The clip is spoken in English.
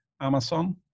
Amazon